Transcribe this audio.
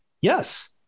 Yes